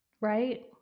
right